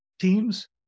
teams